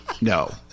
no